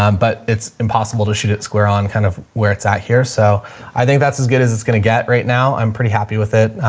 um but it's impossible to shoot it square on kind of where it's at here. so i think that's as good as it's gonna get right now. i'm pretty happy with it.